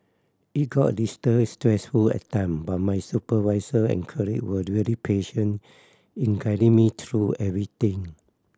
it got a stressful at time but my supervisor and colleague were really patient in guiding me through everything